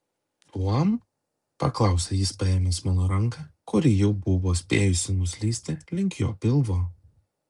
tuom paklausė jis paėmęs mano ranką kuri jau buvo spėjusi nuslysti link jo pilvo